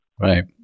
Right